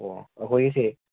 ꯑꯣ ꯑꯩꯈꯣꯏꯒꯤꯁꯦ